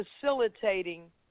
facilitating